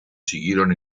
siguieron